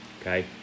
Okay